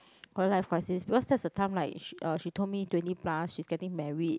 quarter life crisis because that's the time like she uh she told me twenty plus she's getting married